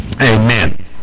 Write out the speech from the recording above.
Amen